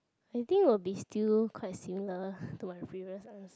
I think will be still quite similar to my previous answer